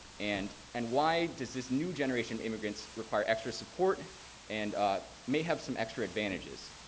and and why does this new generation of immigrants require extra support and may have some extra advantages?